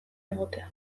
egotea